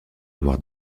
avoir